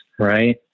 Right